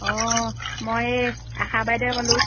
অঁ মই এই আশা বাইদেউে ক'লোঁ